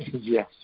Yes